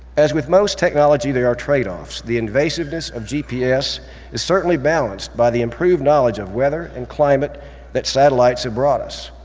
as with most technology, there are trade-offs. the invasiveness of gps is certainly balanced by the improved knowledge of weather and climate that satellites have brought us.